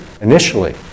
initially